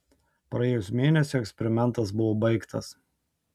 praėjus mėnesiui eksperimentas buvo baigtas